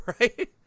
right